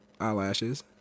eyelashes